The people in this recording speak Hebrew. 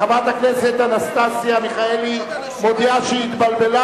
חברת הכנסת אנסטסיה מיכאלי מודיעה שהיא התבלבלה,